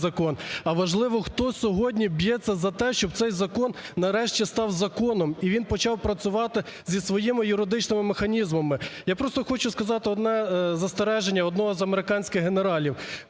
а важливо хто сьогодні б'ється за те, щоб цей закон нарешті став законом. І він почав працювати зі своїми юридичними механізмами. Я просто хочу сказати одне застереження одного з американських генералів,